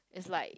is like